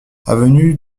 avenue